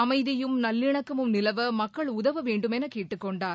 அமைதியும் நல்லிணக்கமும் நிலவ மக்கள் உதவவேண்டுமென கேட்டுக்கொண்டார்